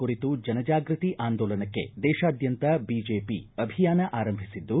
ಕುರಿತು ಜನಜಾಗ್ರತಿ ಆಂದೋಲನಕ್ಕೆ ದೇಶಾದ್ಯಂತ ಬಿಜೆಪಿ ಅಭಿಯಾನ ಆರಂಭಿಸಿದ್ದು